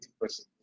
person